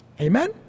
Amen